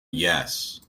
yes